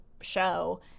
show